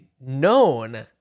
known